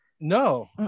No